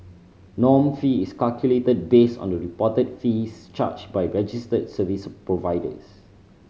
norm fee is calculated based on the reported fees charged by registered service providers